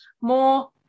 more